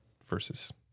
versus